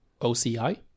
OCI